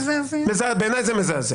בעיניי הוא מזעזע,